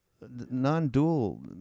non-dual